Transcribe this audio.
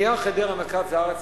"נייר חדרה" מרכז הארץ,